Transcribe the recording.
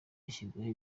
gushyirwaho